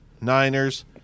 Niners